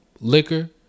liquor